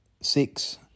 six